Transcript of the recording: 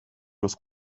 los